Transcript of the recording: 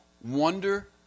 wonder